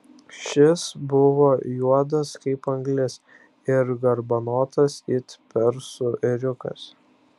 šis buvo juodas kaip anglis ir garbanotas it persų ėriukas